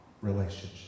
relationship